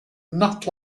nut